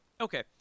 okay